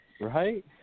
Right